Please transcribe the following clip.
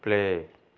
play